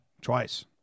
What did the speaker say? Twice